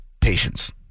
patience